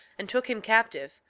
and took him captive,